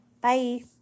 Bye